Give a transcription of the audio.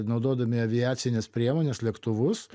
naudodami aviacines priemones lėktuvus